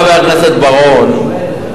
חבר הכנסת בר-און,